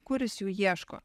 kur jis jų ieško